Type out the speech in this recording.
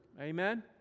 Amen